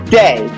day